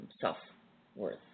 self-worth